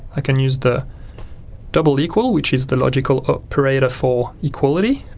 i can use the double equal which is the logical operator for equality.